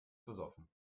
besoffen